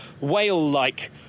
whale-like